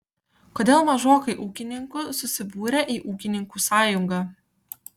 kodėl mažokai ūkininkų susibūrę į ūkininkų sąjungą